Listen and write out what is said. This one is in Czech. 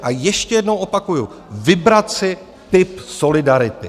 A ještě jednou opakuju vybrat si typ solidarity.